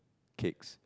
cakes